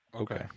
Okay